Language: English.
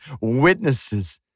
witnesses